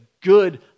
good